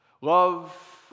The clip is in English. Love